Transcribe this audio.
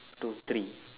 to three